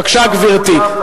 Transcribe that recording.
בבקשה, גברתי.